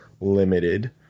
limited